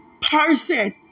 person